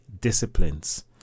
disciplines